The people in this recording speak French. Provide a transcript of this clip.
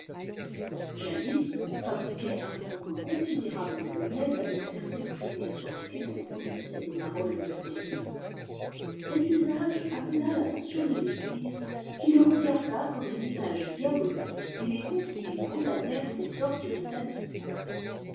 jadis on fabriquait un nombre considérable d'amulettes avec certaines prières sur lesquelles on prononçait des paroles mystérieuses cet usage appela l'attention de l'église qui lé regarda comme un usage diabolique et les conciles condamnèrent ces sortes de tausmans